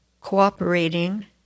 cooperating